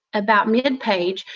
about mid-page,